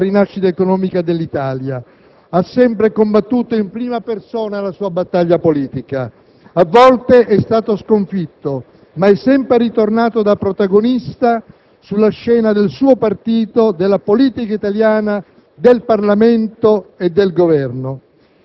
che ha così fortemente connotato la rinascita economica dell'Italia. Ha sempre combattuto in prima persona la sua battaglia politica. A volte, è stato sconfitto, ma è sempre ritornato da protagonista sulla scena del suo partito, della politica italiana,